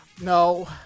No